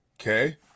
okay